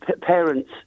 parents